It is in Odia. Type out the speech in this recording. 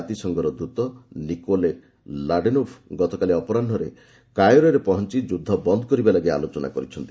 ଜାତିସଂଘର ଦୃତ ନିକୋଲେ ଲାଡେନୋଭ୍ ଗତକାଲି ଅପରାହ୍ନରେ କାଏରୋରେ ପହଞ୍ ଯୁଦ୍ଧ ବନ୍ଦ କରିବା ଲାଗି ଆଲୋଚନା କରିଛନ୍ତି